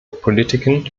politiken